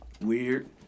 weird